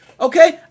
Okay